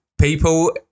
People